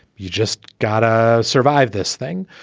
you just gotta survive this thing.